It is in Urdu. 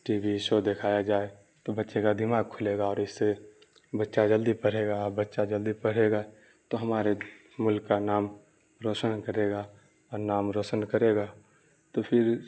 ٹی وی شو دکھایا جائے تو بچے کا دماغ کھلے گا اور اس سے بچہ جلدی پڑھے گا اور بچہ جلدی پڑھے گا تو ہمارے ملک کا نام روشن کرے گا اور نام روشن کرے گا تو پھر